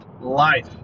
Life